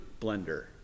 blender